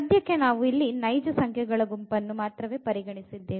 ಸದ್ಯಕ್ಕೆ ನಾವು ಇಲ್ಲಿ ನೈಜ ಸಂಖ್ಯೆಗಳ ಗುಂಪನ್ನು ಪರಿಗಣಿಸಿದ್ದೇವೆ